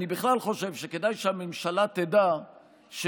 אני בכלל חושב שכדאי שהממשלה תדע שבעולם